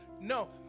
No